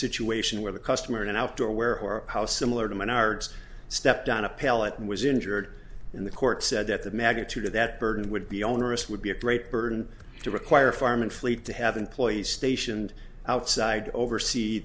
situation where the customer and after where or how similar to menards stepped on a pallet and was injured in the court said that the magnitude of that burden would be onerous would be a great burden to require firemen fleet to have employees stationed outside oversee